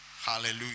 Hallelujah